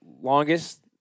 longest